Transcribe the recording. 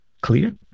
clear